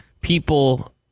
people